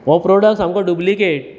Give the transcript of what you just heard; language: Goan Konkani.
हो प्रोडक्ट सामको ड्युपलीकेट